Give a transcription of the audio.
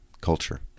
culture